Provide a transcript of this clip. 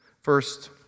first